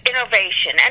innovation